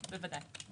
בוודאי.